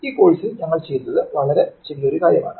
ഈ കോഴ്സിൽ ഞങ്ങൾ ചെയ്തത് വളരെ ചെറിയ ഒരു കാര്യമാണ്